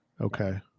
Okay